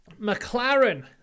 McLaren